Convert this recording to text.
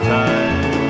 time